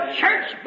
church